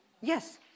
Yes